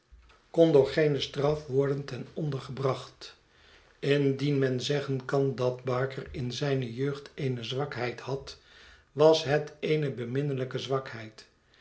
boz door geene straf worden ten onder gebracht indien men zeggen kan dat barker in zijne jeugd eene zwakheid had was het eene beminnelijke zwakheid